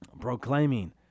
proclaiming